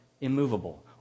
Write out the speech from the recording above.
immovable